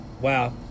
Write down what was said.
Wow